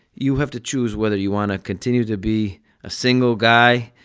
you have to choose whether you want to continue to be a single guy,